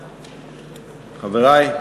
תודה רבה, חברי,